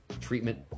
treatment